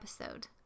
episode